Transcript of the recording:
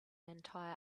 entire